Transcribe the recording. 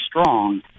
strong